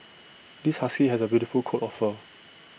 this husky has A beautiful coat of fur